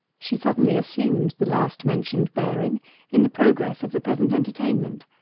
she suddenly assumed the last-mentioned bearing in the progress of the present entertainment.